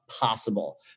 possible